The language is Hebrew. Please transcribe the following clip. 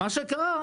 מה שקרה,